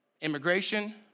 immigration